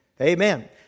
Amen